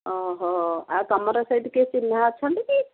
ଓହୋ ଆଉ ତୁମର ସେଠି କିଏ ଚିହ୍ନା ଅଛନ୍ତି କି